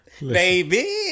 baby